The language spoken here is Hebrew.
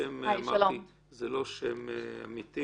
אמרתי, זה לא שם אמיתי